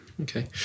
Okay